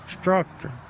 structure